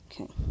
Okay